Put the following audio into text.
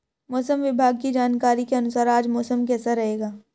मौसम विभाग की जानकारी के अनुसार आज मौसम कैसा रहेगा?